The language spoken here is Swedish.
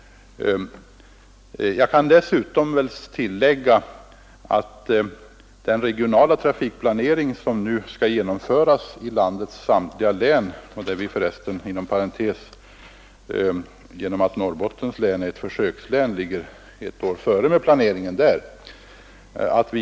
Jag vill dessutom erinra om den regionala trafikplanering som nu skall genomföras i landets samtliga län. Inom parentes sagt ligger Norrbottens län, som är ett försökslän, ett år före med den planeringen.